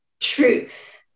truth